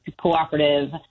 cooperative